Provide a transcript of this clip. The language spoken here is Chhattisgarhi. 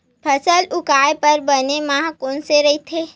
फसल उगाये बर बने माह कोन से राइथे?